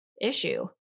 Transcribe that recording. issue